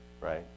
right